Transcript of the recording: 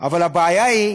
אבל הבעיה היא